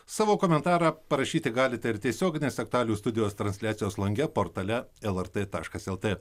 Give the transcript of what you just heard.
savo komentarą parašyti galite ir tiesioginės aktualijų studijos transliacijos lange portale lrt taškas lt